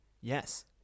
Yes